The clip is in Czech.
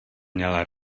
měla